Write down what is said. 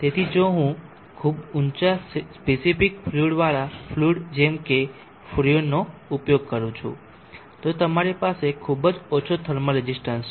તેથી જો હું ખૂબ ઊંચા સ્પેસિફિક ફ્લુઇડવાળા ફ્લુઇડ જેમ કે ફ્રીયોનનો ઉપયોગ કરું છું તો તમારી પાસે ખૂબ જ ઓછો થર્મલ રેઝિસ્ટન્સ છે